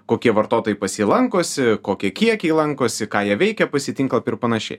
kokie vartotojai pas jį lankosi kokie kiekiai lankosi ką jie veikia pas jį tinklapy ir panašiai